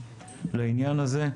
לעניין הזה.